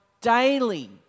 daily